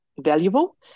valuable